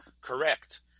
correct